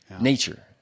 nature